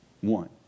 One